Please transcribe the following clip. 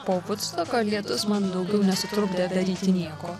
po vudstoko lietus man daugiau nesutrukdė daryti nieko